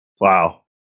Wow